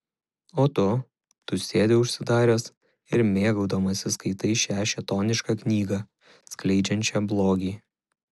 o tu tu sėdi užsidaręs ir mėgaudamasis skaitai šią šėtonišką knygą skleidžiančią blogį